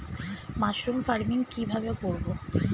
Mushroom farming কি ভাবে করব?